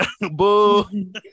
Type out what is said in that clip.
boo